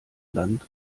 land